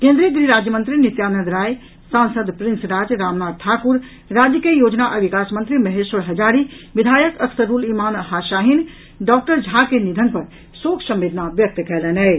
केन्द्रीय गृह राज्यमंत्री नित्यानंद राय सांसद प्रिंस राज रामनाथ ठाकुर राज्य के योजना आ विकास मंत्री महेश्वरी हजारी विधायक अख्तरूल इमान शाहीन डॉक्टर झा के निधन पर शोक संवेदना व्यक्त कयलनि अछि